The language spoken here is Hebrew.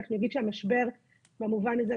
אנחנו נגיד שהמשבר במובן הזה,